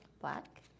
Black